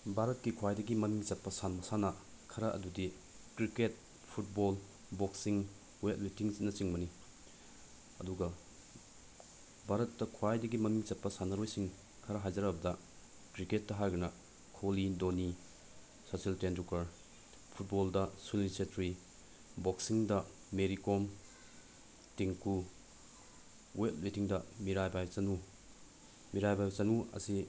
ꯚꯥꯔꯠꯀꯤ ꯈ꯭ꯋꯥꯏꯗꯒꯤ ꯃꯃꯤꯡ ꯆꯠꯄ ꯃꯁꯥꯟꯅ ꯈꯔ ꯑꯗꯨꯗꯤ ꯀ꯭ꯔꯤꯛꯀꯦꯠ ꯐꯨꯠꯕꯣꯜ ꯕꯣꯛꯁꯤꯡ ꯋꯦꯠꯂꯤꯐꯇꯤꯡ ꯑꯁꯤꯅꯆꯤꯡꯕꯅꯤ ꯑꯗꯨꯒ ꯚꯥꯔꯠꯀꯤ ꯈ꯭ꯋꯥꯏꯗꯒꯤ ꯃꯃꯤꯡ ꯆꯠꯄ ꯁꯥꯟꯅꯔꯣꯏꯁꯤꯡ ꯈꯔ ꯍꯥꯏꯖꯔꯕꯗ ꯀ꯭ꯔꯤꯛꯀꯦꯠꯇ ꯍꯥꯏꯔꯒꯅ ꯈꯣꯂꯤ ꯙꯣꯅꯤ ꯁꯆꯤꯟ ꯇꯦꯟꯗꯨꯜꯀꯔ ꯐꯨꯠꯕꯣꯜꯗ ꯁꯨꯅꯤꯜ ꯁꯦꯇ꯭ꯔꯤ ꯕꯣꯛꯁꯤꯡꯗ ꯃꯦꯔꯤ ꯀꯣꯝ ꯗꯤꯡꯀꯨ ꯋꯦꯠꯂꯤꯐꯇꯤꯡꯗ ꯃꯤꯔꯥꯕꯥꯏ ꯆꯅꯨ ꯃꯤꯔꯥꯕꯥꯏ ꯆꯅꯨ ꯑꯁꯤ